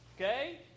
Okay